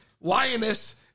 Lioness